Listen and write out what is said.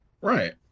Right